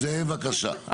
זאב, בבקשה.